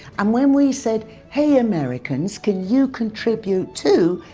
um when we said, hey, americans, can you contribute too',